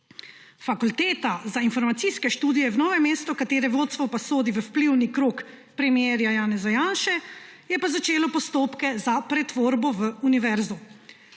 Fakulteta za informacijske študije v Novem mestu, katere vodstvo pa sodi v vplivni krog premierja Janeza Janše, pa je začelo postopke za pretvorbo v univerzo.